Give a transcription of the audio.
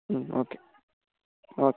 okay okay